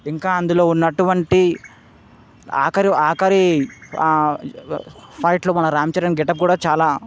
ఇంకా అందులో ఉన్న అటువంటి ఆఖరి ఆఖరి ఫైట్లు మన రాంచరణ్ గెటప్ కూడా చాలా